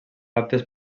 aptes